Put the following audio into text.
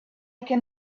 can